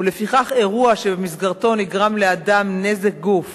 ולפיכך אירוע שבמסגרתו נגרם לאדם נזק גוף